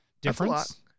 difference